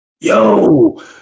Yo